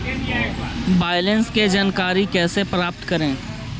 Balance की जानकारी कैसे प्राप्त करे?